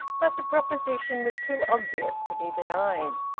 but the proposition was too obvious to be denied.